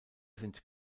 sind